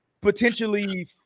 potentially